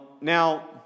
Now